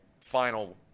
final